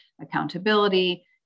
accountability